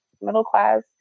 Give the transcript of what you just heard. middle-class